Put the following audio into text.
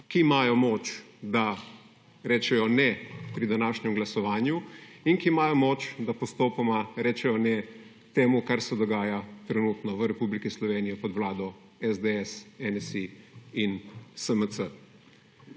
ki imajo moč, da rečejo ne pri današnjem glasovanju in ki imajo moč, da postopoma rečejo ne temu, kar se dogaja trenutno v Republiki Sloveniji pod vlado SDS, NSi in SMC.